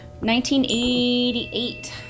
1988